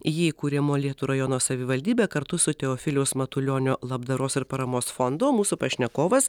jį įkūrė molėtų rajono savivaldybė kartu su teofiliaus matulionio labdaros ir paramos fondu o mūsų pašnekovas